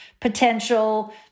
potential